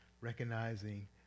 recognizing